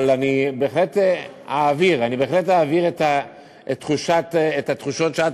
אבל אני בהחלט אעביר את התחושות שאת